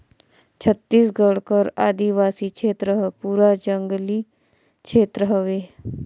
छत्तीसगढ़ कर आदिवासी छेत्र हर पूरा जंगली छेत्र हवे